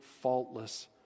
faultless